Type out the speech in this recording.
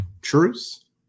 truce